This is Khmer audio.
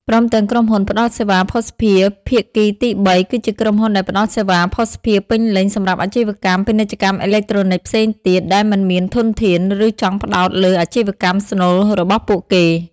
ព្រមទាំងក្រុមហ៊ុនផ្តល់សេវាភស្តុភារភាគីទីបី គឺជាក្រុមហ៊ុនដែលផ្តល់សេវាភស្តុភារពេញលេញសម្រាប់អាជីវកម្ម ពាណិជ្ជកម្មអេឡិចត្រូនិកផ្សេងទៀត ដែលមិនមានធនធាន ឬចង់ផ្តោតលើអាជីវកម្មស្នូលរបស់ពួកគេ។